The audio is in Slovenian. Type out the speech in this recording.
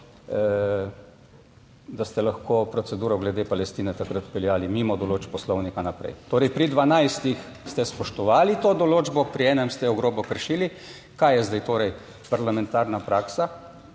da ste lahko proceduro glede Palestine takrat peljali mimo določb poslovnika naprej. Torej pri 12 ste spoštovali to določbo, pri enem ste jo grobo kršili. Kaj je zdaj torej parlamentarna praksa